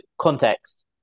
context